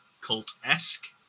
cult-esque